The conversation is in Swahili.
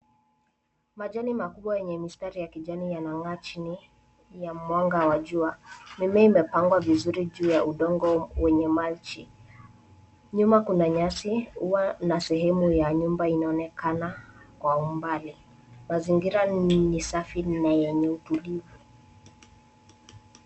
Majani makubwa yenye mistari ya kijani yanang'aa chini ya mwanga wa jua. Mimea imepangwa vizuri juu ya udongo wenye maji. Nyuma kuna nyasi, ua, na sehemu ya nyumba inaonekana kwa umbali. Mazingira ni safi, na yenye utulivu.